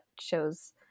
show's